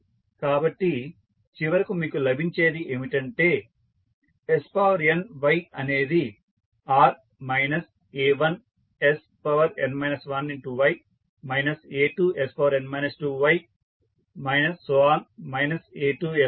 కాబట్టి చివరకు మీకు లభించేది ఏమిటంటే sny అనేది r a1sn 1y a2sn 2y